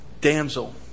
damsel